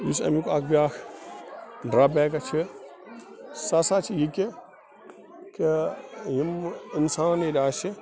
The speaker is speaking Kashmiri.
یُس اَمیُک اَکھ بیٛاکھ ڈرٛابیک چھِ سُہ ہَسا چھِ یہِ کہِ کہِ یِم اِنسان ییٚلہِ آسہِ